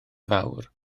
fawr